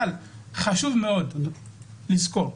אבל חשוב מאוד לזכור,